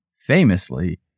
famously